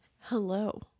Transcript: Hello